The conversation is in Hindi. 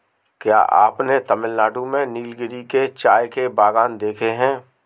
क्या आपने तमिलनाडु में नीलगिरी के चाय के बागान देखे हैं?